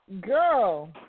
girl